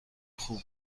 خوب